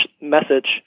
message